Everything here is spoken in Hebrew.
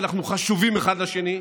ואנחנו חשובים אחד לשני,